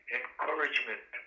encouragement